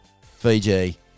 Fiji